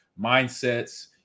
mindsets